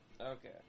Okay